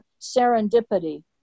serendipity